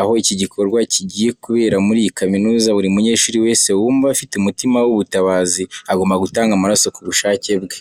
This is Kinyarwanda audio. aho iki gikorwa kigiye kubera muri iyi kaminuza. Buri munyeshuri wese wumva afite umutima w'ubutabazi agomba gutanga amaraso ku bushake bwe.